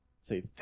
Say